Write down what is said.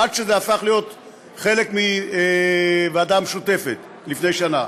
עד שזה הפך להיות חלק מהוועדה המשותפת לפני שנה.